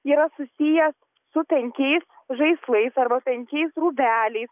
yra susijęs su penkiais žaislais arba penkiais rūbeliais